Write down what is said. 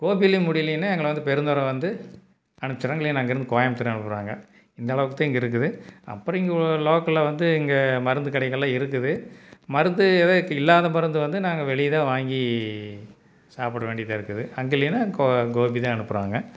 கோபிலையும் முடியலைன்னா எங்களை வந்து பெருந்துறை வந்து அனுப்சிட்றாங்க இல்லைனா அங்கே இருந்து கோயம்புத்தூர் அனுப்புறாங்க இந்த அளவுக்கு தான் இங்கே இருக்குது அப்புறம் இங்கே லோக்கலில் வந்து இங்கே மருந்து கடைகள்லாம் இருக்குது மருந்து எதோ இல்லாத மருந்து வந்து நாங்கள் வெளியே தான் வாங்கி சாப்பிட வேண்டியதாக இருக்குது அங்கே இல்லைனா கோ கோபி தான் அனுப்புறாங்க